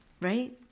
Right